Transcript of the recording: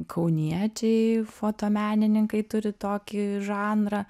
kauniečiai fotomenininkai turi tokį žanrą